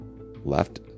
left